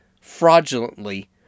fraudulently